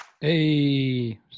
Hey